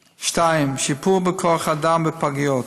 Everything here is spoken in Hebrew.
2. שיפור בכוח אדם בפגיות,